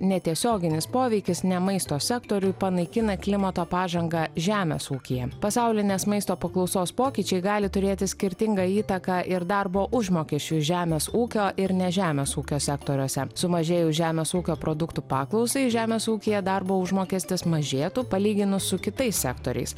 netiesioginis poveikis ne maisto sektoriui panaikina klimato pažangą žemės ūkyje pasaulinės maisto paklausos pokyčiai gali turėti skirtingą įtaką ir darbo užmokesčiui žemės ūkio ir ne žemės ūkio sektoriuose sumažėjus žemės ūkio produktų paklausai žemės ūkyje darbo užmokestis mažėtų palyginus su kitais sektoriais